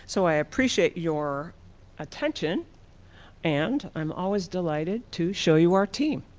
so i appreciate your attention and i'm always delighted to show you our team.